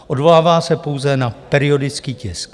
Odvolává se pouze na periodický tisk.